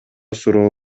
суроо